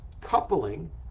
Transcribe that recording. coupling